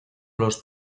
los